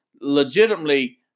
legitimately